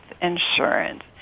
insurance